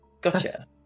gotcha